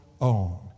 own